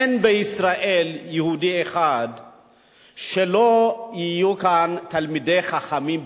אין בישראל יהודי אחד שרוצה שלא יהיו כאן תלמידי חכמים באמת.